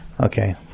okay